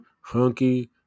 Hunky